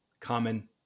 common